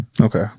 Okay